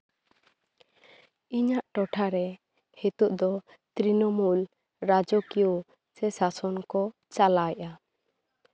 ᱤᱧᱟᱹᱜ ᱴᱚᱴᱷᱟᱨᱮ ᱱᱤᱛᱚᱜ ᱫᱚ ᱛᱤᱨᱱᱚᱢᱩᱞ ᱨᱟᱡᱚᱠᱤᱭᱚ ᱥᱮ ᱥᱟᱥᱚᱱ ᱠᱚ ᱪᱟᱞᱟᱣ ᱮᱜᱼᱟ